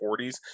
40s